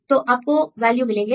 तो आपको वैल्यू मिलेंगे